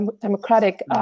democratic